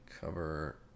Cover